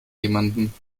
jemanden